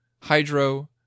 hydro